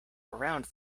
around